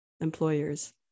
employers